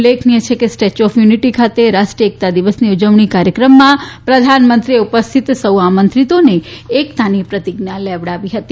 ઉલ્લેખનીય છે કે સ્ટેચ્યુ ઓફ યુનિટી ખાતે રાષ્ટ્રીય એકતા દિવસની ઉજવણી કાર્યક્રમમાં પ્રધાનમંત્રીએ ઉપસ્થિત સૌ આમંત્રિતોને એકતાની પ્રતિજ્ઞા લેવડાવી હતી